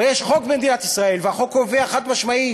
הרי יש חוק במדינת ישראל והחוק קובע חד-משמעית